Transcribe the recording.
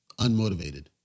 unmotivated